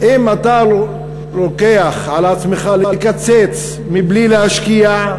אם אתה לוקח על עצמך לקצץ מבלי להשקיע,